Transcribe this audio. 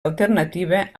alternativa